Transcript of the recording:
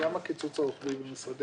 גם הקיצוץ הרוחבי של משרדי